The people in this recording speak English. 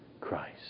Christ